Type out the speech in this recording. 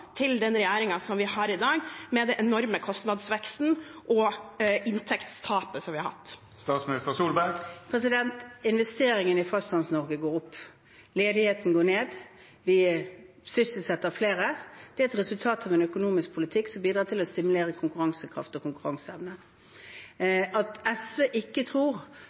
til den regjeringen vi har i dag, med den enorme kostnadsveksten og inntektstapet som vi har hatt. Investeringene i Fastlands-Norge går opp. Ledigheten går ned. Vi sysselsetter flere. Det er et resultat av en økonomisk politikk som bidrar til å stimulere konkurransekraft og konkurranseevne. SV tror ikke